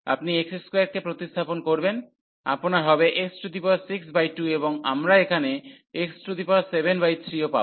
আপনি x2 কে প্রতিস্থাপন করবেন আপনার হবে x62 এবং আমরা এখানে x73 ও পাব